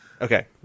Okay